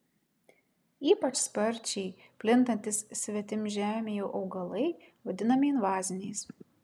ypač sparčiai plintantys svetimžemiai augalai vadinami invaziniais